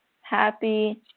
happy